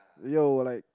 yo like